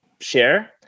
share